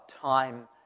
time